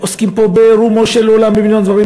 עוסקים פה ברומו של עולם ובמיליון דברים,